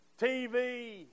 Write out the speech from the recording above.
TV